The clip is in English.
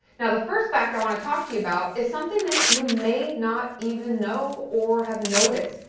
now the first fact i want to talk to you about is something that you may not even know, or have noticed.